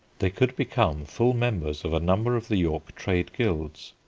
they could become full members of a number of the york trade-guilds.